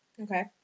Okay